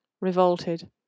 revolted